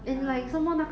ya